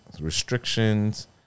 restrictions